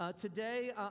today